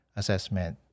assessment